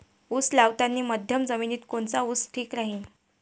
उस लावतानी मध्यम जमिनीत कोनचा ऊस ठीक राहीन?